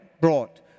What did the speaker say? brought